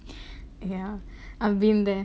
yeah I've been there